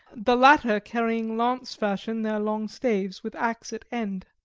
the latter carrying lance-fashion their long staves, with axe at end.